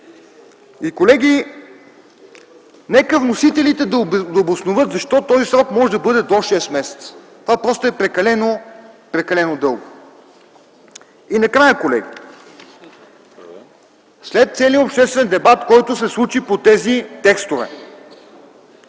Колеги, нека вносителите да обосноват защо този срок може да бъде до шест месеца. Това просто е прекалено, прекалено дълго. Накрая, колеги, след целия обществен дебат, който се случи по тези текстове,